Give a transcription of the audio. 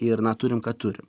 ir na turim ką turim